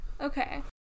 Okay